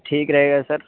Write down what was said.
ٹھیک رہے گا سر